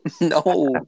No